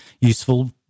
useful